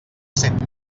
cent